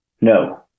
no